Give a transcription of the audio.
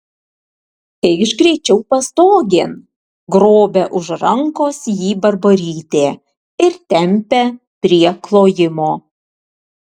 eikš greičiau pastogėn grobia už rankos jį barborytė ir tempia prie klojimo